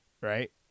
Right